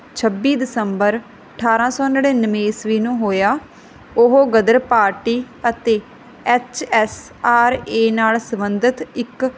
ਛੱਬੀ ਦਸੰਬਰ ਅਠਾਰਾਂ ਸੌ ਨੜਿਨਵੇਂ ਈਸਵੀ ਨੂੰ ਹੋਇਆ ਉਹ ਗਦਰ ਪਾਰਟੀ ਅਤੇ ਐਚ ਐਸ ਆਰ ਏ ਨਾਲ ਸੰਬੰਧਿਤ ਇੱਕ